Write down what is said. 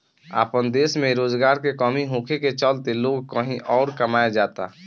आपन देश में रोजगार के कमी होखे के चलते लोग कही अउर कमाए जाता